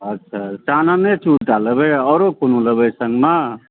अच्छा चानने चूरटा लेबै आओर कोनो लेबै सङ्गमे